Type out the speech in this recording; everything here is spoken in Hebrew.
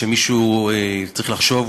מישהו צריך לחשוב,